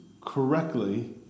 correctly